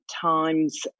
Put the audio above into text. times